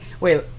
wait